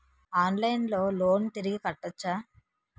ఆన్లైన్లో లోన్ తిరిగి కట్టోచ్చా?